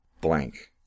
Blank